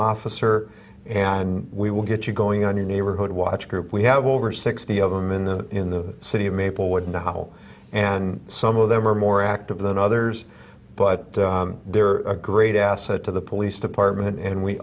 officer and we will get you going on a neighborhood watch group we have over sixty of them in the in the city of maplewood now and some of them are more active than others but they're a great asset to the police department and we